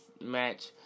match